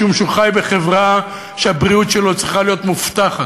משום שהוא חי בחברה שהבריאות שלו צריכה להיות בה מובטחת,